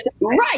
Right